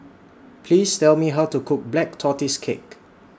Please Tell Me How to Cook Black Tortoise Cake